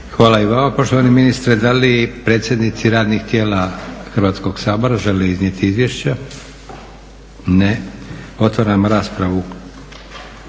Hvala i vama poštovani ministre. Da li predstavnici radnih tijela Hrvatskog sabora žele iznijeti izvješća? Ne. Otvaram raspravu